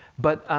but